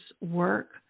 work